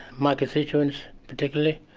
my constituents particularly.